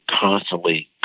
constantly